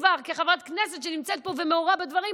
כחברת כנסת שנמצאת פה ומעורה בדברים,